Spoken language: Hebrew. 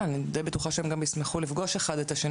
בדו"ח ששלחת,